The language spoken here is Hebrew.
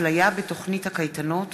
אפליה בתוכנית הקייטנות